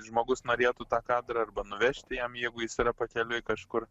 žmogus norėtų tą kadrą arba nuvežti jam jeigu jis yra pakeliui kažkur